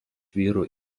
vyrų